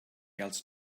else